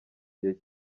gihe